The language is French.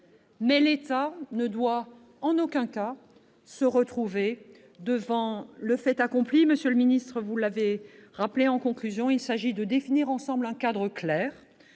l'État ne doit en aucun cas se trouver devant le fait accompli. Monsieur le ministre, vous l'avez rappelé en conclusion : il s'agit de définir ensemble un cadre clair,